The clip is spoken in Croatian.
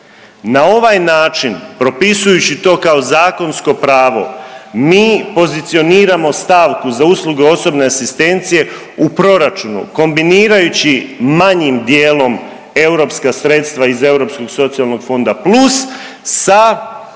Na ovaj način propisujući to kao zakonsko pravo mi pozicioniramo stavku za uslugu osobne asistencije u proračunu kombinirajući manjim dijelom europska sredstva iz Europskog